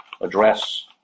Address